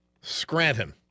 Scranton